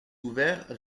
ouvert